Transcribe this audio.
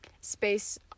Space –